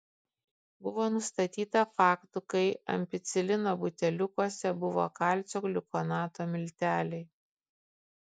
buvo nustatyta faktų kai ampicilino buteliukuose buvo kalcio gliukonato milteliai